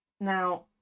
now